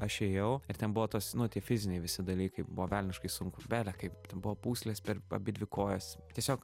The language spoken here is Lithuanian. aš ėjau ir ten buvo tas nu tie fiziniai visi dalykai buvo velniškai sunku bele kaip buvo pūslės per abidvi kojas tiesiog